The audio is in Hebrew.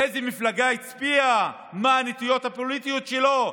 לאיזו מפלגה הצביע, מה הנטיות הפוליטיות שלו,